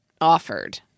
offered-